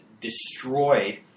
destroyed